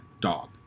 dog